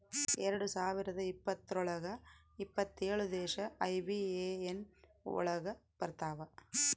ಎರಡ್ ಸಾವಿರದ ಇಪ್ಪತ್ರೊಳಗ ಎಪ್ಪತ್ತೇಳು ದೇಶ ಐ.ಬಿ.ಎ.ಎನ್ ಒಳಗ ಬರತಾವ